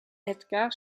edgar